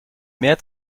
mehr